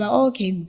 okay